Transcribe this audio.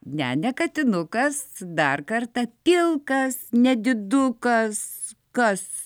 ne ne katinukas dar kartą pilkas nedidukas kas